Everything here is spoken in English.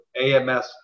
AMS